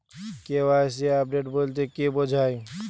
KYC update বলতে কি বোঝায়?